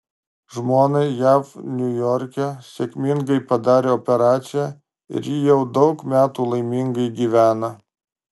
žmonai jav niujorke sėkmingai padarė operaciją ir ji jau daug metų laimingai gyvena